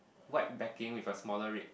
white backing with a smaller red